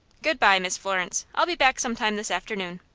good-by, miss florence i'll be back some time this afternoon.